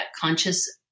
conscious